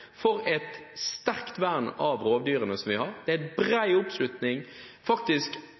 for et sterkt vern av rovdyrene som vi har – faktisk er det